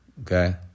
okay